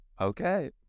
Okay